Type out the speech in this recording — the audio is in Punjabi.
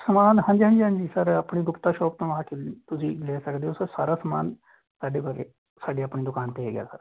ਸਮਾਨ ਹਾਂਜੀ ਹਾਂਜੀ ਹਾਂਜੀ ਸਰ ਆਪਣੀ ਗੁਪਤਾ ਸ਼ੋਪ ਤੋਂ ਆ ਕੇ ਤੁਸੀਂ ਲੈ ਸਕਦੇ ਹੋ ਸਰ ਸਾਰਾ ਸਮਾਨ ਸਾਡੇ ਕੋਲ ਆ ਕੇ ਸਾਡੀ ਆਪਣੀ ਦੁਕਾਨ 'ਤੇ ਹੈਗਾ ਸਰ